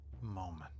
moment